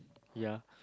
ya